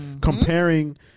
comparing